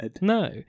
No